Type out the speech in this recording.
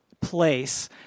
place